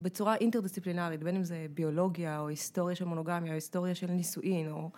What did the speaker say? בצורה אינטרדיסציפלינרית, בין אם זה ביולוגיה, או היסטוריה של מונוגמיה, או היסטוריה של נישואין.